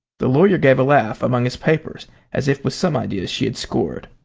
the lawyer gave a laugh among his papers as if with some idea that she had scored.